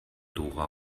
dora